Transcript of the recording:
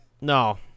No